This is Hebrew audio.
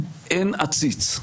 אין עציץ,